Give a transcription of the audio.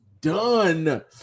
done